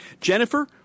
Jennifer